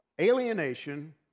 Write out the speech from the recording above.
alienation